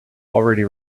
already